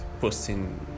posting